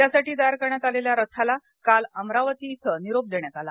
त्यासाठी तयार करण्यात आलेल्या रथाला काल अमरावती इथ निरोप देण्यात आला